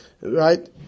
Right